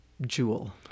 jewel